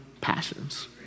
passions